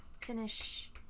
finish